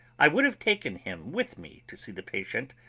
i would have taken him with me to see the patient,